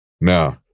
Now